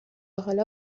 حالا